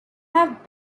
have